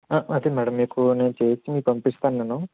అదే మేడం మీకు నేను చేసి పంపిస్తాను నేను